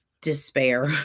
despair